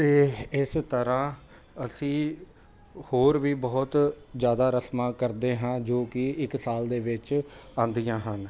ਅਤੇ ਇਸ ਤਰ੍ਹਾਂ ਅਸੀਂ ਹੋਰ ਵੀ ਬਹੁਤ ਜ਼ਿਆਦਾ ਰਸਮਾਂ ਕਰਦੇ ਹਾਂ ਜੋ ਕਿ ਇੱਕ ਸਾਲ ਦੇ ਵਿੱਚ ਆਉਂਦੀਆਂ ਹਨ